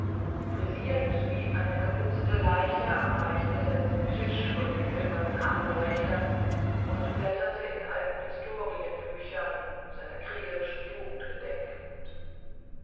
frisiert wie eine geputzte leiche am reichbesetzten tisch vor den silbernen armleuchtern und blätterte in alten historienbüchern seiner kriegerischen jugend gedenkend